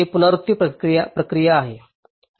ही पुनरावृत्ती प्रक्रिया असेल